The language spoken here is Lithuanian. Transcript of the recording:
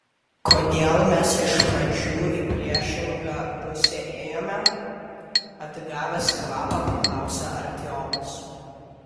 kodėl mes iš pradžių į priešingą pusę ėjome atgavęs kvapą paklausė artiomas